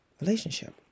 relationship